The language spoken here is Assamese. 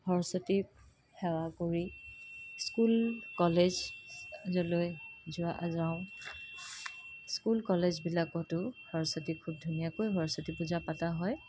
সৰস্বতীক সেৱা কৰি স্কুল কলেজলৈ যোৱা যাওঁ স্কুল কলেজবিলাকতো সৰস্বতী পূজা খুব ধুনীয়াকৈ সৰস্বতী পূজা পতা হয়